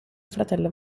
fratello